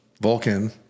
Vulcan